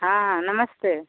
हाँ नमस्ते